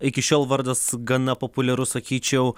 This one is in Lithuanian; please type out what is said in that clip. iki šiol vardas gana populiarus sakyčiau